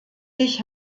ich